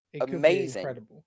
amazing